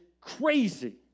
crazy